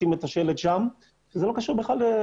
לשים את השלט שם וזה בכלל לא קשור לנושא